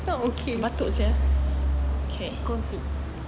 batuk-batuk sia okay